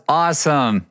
awesome